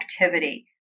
activity